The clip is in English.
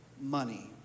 money